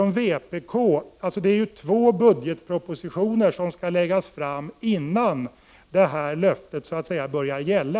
Två budgetpropositioner skall ju läggas fram innan det här löftet så att säga börjar gälla.